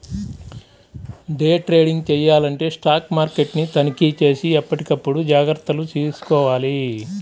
day trading చెయ్యాలంటే stock మార్కెట్ని తనిఖీచేసి ఎప్పటికప్పుడు జాగర్తలు తీసుకోవాలి